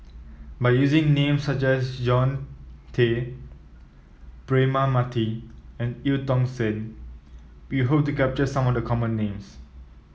by using names such as John Tay Braema Mathi and Eu Tong Sen we hope to capture some of the common names